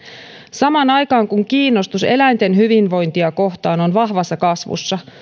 samaan aikaan kun kiinnostus eläinten hyvinvointia kohtaan on vahvassa kasvussa